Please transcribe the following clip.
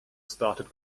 started